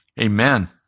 Amen